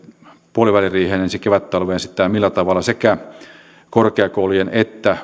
puoliväliriiheen ensi kevättalveen sitä millä tavalla sekä korkeakoulujen että